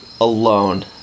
alone